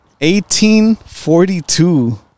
1842